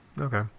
okay